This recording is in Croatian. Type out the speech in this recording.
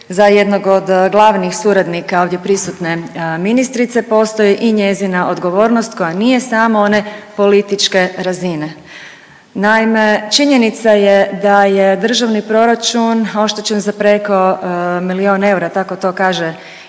za jednog od glavnih suradnika ovdje prisutne ministrice postoji i njezina odgovornost koja nije samo one političke razine. Naime, činjenica je da je državni proračun oštećen za preko milijun eura, tako to kaže